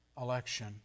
election